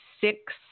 six